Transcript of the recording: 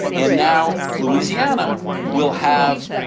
and now louisiana will have,